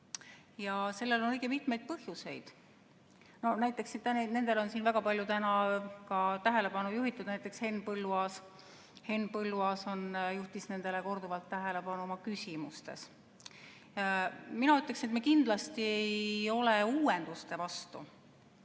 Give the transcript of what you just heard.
Sellel on õige mitmeid põhjuseid ja nendele on siin täna väga palju ka tähelepanu juhitud. Näiteks Henn Põlluaas juhtis nendele korduvalt tähelepanu oma küsimustes. Mina ütleks, et me kindlasti ei ole uuenduste vastu.